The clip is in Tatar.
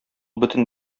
бөтен